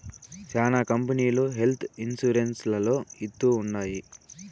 శ్యానా కంపెనీలు health insurance లలో ఇత్తూ ఉంటాయి